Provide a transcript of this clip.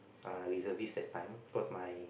uh reservist that time cause my